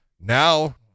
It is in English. Now